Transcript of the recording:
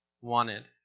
wanted